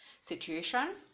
situation